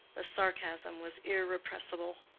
the sarcasm was irrepressible.